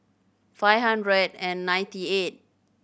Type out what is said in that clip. five hundred and ninety eighth